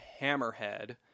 Hammerhead